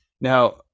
Now